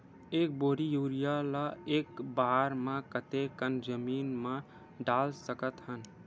एक बोरी यूरिया ल एक बार म कते कन जमीन म डाल सकत हन?